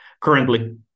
currently